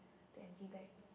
the empty bag